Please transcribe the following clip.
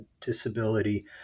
disability